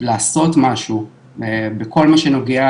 לעשות משהו בכל מה שנוגע